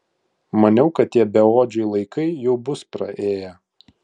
maniau kad tie beodžiai laikai jau bus praėję